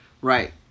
Right